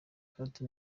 ufata